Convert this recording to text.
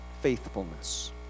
faithfulness